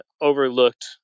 overlooked